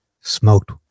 smoked